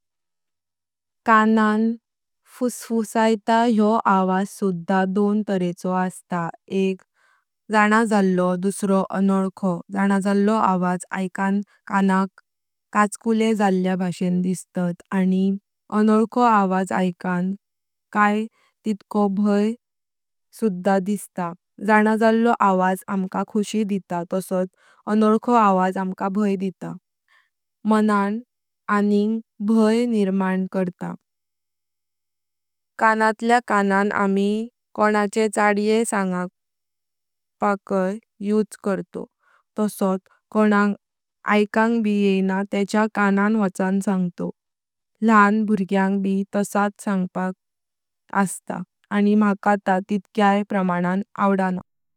कानांचा फुसफुसायता योह आवाज सुधा दोन तारेचो असता एक जनाजेलो दुसतो अनोल्खो, जनाजेलो आवाज ऐकन कानां काजकुले जल्यां भाषेन दिसतात, आनी अनोल्खो आवाज ऐकलो काय तितको भाई सुधा दसता, जनाजेलो आवाज अमका खुशी देता तासोत अनोल्खो आवाज अमका भाई देता, मनां अनींग भाई निर्मान करतां। कानातल्या कानां आमी कोणाचे छडये संगपाकेय उसे करताव तासत कोनाक ऐकांग ब येयना तेंच्यां कानां वचन सांगताव, ल्हान बुग्यांग ब तासत संगपाक असता आनी माका ता तितक्यय प्रमाणां आवडंणा।